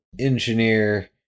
engineer